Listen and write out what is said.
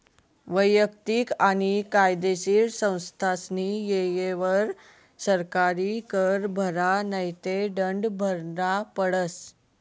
वैयक्तिक आणि कायदेशीर संस्थास्नी येयवर सरकारी कर भरा नै ते दंड भरना पडस